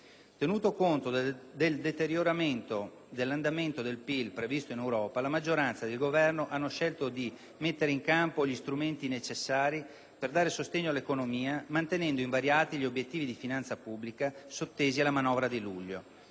Tenuto conto del deterioramento dell'andamento del PIL previsto in Europa, la maggioranza ed il Governo hanno scelto di mettere in campo gli strumenti necessari per dare sostegno all'economia mantenendo invariati gli obiettivi di finanza pubblica sottesi alla manovra di luglio.